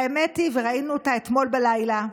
וראינו אותה אתמול בלילה.